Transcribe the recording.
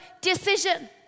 decision